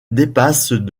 dépassent